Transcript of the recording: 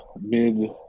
mid